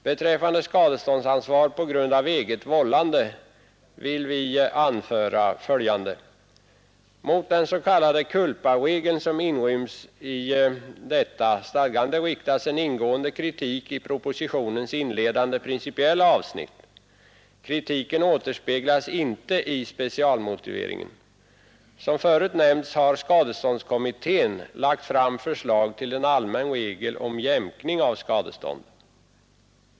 Beträffande skadeståndsansvar på grund av eget vållande vill vi anföra följande: Mot den s.k. culparegeln som inryms i detta stadgande riktas en ingående kritik i propositionens inledande, principiella avsnitt. Kritiken återspeglas inte i specialmotiveringen. Som förut nämnts har skadeståndskommittén lagt fram förslag till en allmän regel om jämkning av skadestånd.